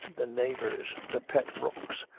the neighbours, the pet rooks,